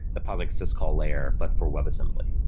the posix syscall layer, but for web assembly.